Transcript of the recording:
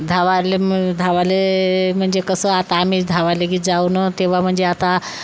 धावायला मग धावायला म्हणजे कसं आता आम्ही धावायला जाऊ ना तेव्हा म्हणजे आता